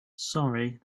sorry